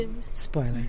Spoiler